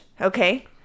okay